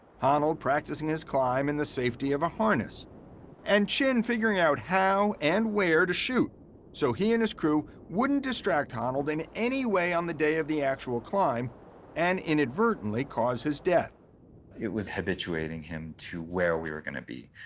honnold practicing his climb in the safety of a harness and chin figuring out how and where to shoot so he and his crew wouldn't distract honnold in any way on the day of the actual climb and inadvertently cause his death. chin it was habituating him to where we were gonna be.